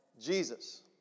Jesus